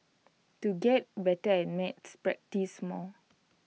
to get better at maths practise more